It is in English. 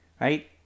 right